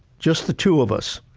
just the two of us,